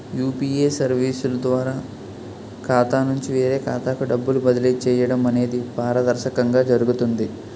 UPA సర్వీసుల ద్వారా ఖాతా నుంచి వేరే ఖాతాకు డబ్బులు బదిలీ చేయడం అనేది పారదర్శకంగా జరుగుతుంది